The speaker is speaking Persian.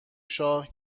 شاه